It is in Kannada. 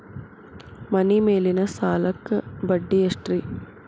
ಮನಿ ಮೇಲಿನ ಸಾಲಕ್ಕ ಬಡ್ಡಿ ಎಷ್ಟ್ರಿ?